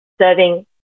serving